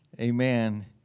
amen